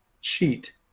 cheat